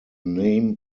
name